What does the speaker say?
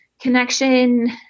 connection